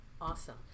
awesome